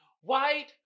White